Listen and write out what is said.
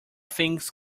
things